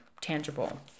tangible